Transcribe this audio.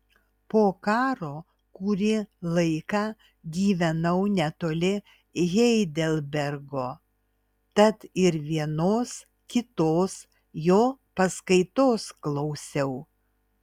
po karo kurį laiką gyvenau netoli heidelbergo tad ir vienos kitos jo paskaitos klausiau